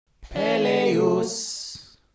Peleus